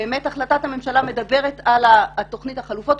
החלטת הממשלה מדברת על תוכנית החלופות.